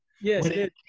Yes